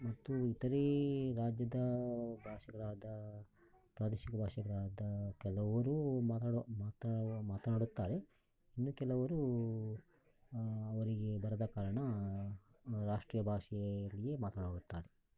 ಮತ್ತು ಇತರೆ ರಾಜ್ಯದ ಭಾಷೆಗಳಾದ ಪ್ರಾದೇಶಿಕ ಭಾಷೆಗಳಾದ ಕೆಲವರು ಮಾತಾಡುವ ಮಾತಾಡುತ್ತಾರೆ ಇನ್ನು ಕೆಲವರು ಅವರಿಗೆ ಬರದ ಕಾರಣ ರಾಷ್ಟ್ರೀಯ ಭಾಷೆಯಲ್ಲಿಯೇ ಮಾತನಾಡುತ್ತಾರೆ